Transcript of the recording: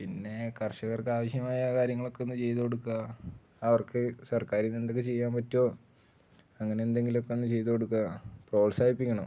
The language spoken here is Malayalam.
പിന്നെ കർഷകർക്ക് ആവശ്യമായ കാര്യങ്ങളൊക്കെ ഒന്നു ചെയ്തുകൊടുക്കുക അവർക്ക് സർക്കാരില്നിന്ന് എന്തൊക്കെ ചെയ്യാൻ പറ്റുമോ അങ്ങനെ എന്തെങ്കിലുമൊക്കെ ഒന്നു ചെയ്തുകൊടുക്കുക പ്രോത്സാഹിപ്പിക്കണം